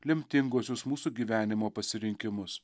lemtinguosius mūsų gyvenimo pasirinkimus